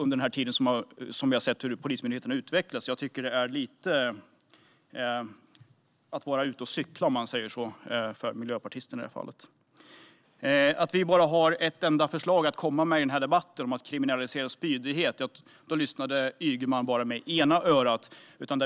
Jag tycker att miljöpartisterna är lite ute och cyklar i det här fallet. Ygeman säger att vi bara har ett enda förslag att komma med i den här debatten, att man ska kriminalisera spydighet. Men då lyssnade Ygeman bara med ena örat.